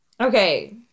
Okay